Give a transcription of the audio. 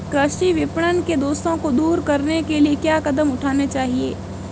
कृषि विपणन के दोषों को दूर करने के लिए क्या कदम उठाने चाहिए?